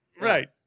Right